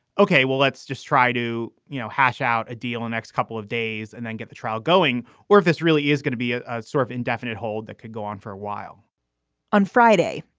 ok, well, let's just try to you know hash out a deal in next couple of days and then get the trial going or if this really is going to be ah a sort of indefinite hold, that could go on for a while on friday,